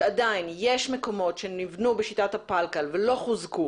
שעדיין יש מקומות שנבנו בשיטת הפלקל ולא חוזקו.